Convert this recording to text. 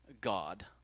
God